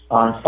on